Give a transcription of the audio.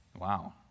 Wow